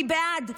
אני בעד.